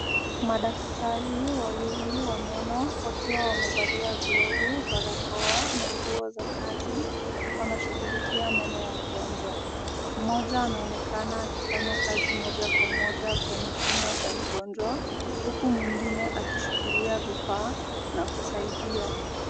Madaktari wawili wa meno wakiwa wamevalia glavu, barakoa na nguo za kazi. Wanashughulikia meno ya mgonjwa. Mmoja anaonekana akifanya kazi moja kwa moja kwenye kinywa cha mgonjwa, huku mwingine akishikilia vifaa na kusaidia.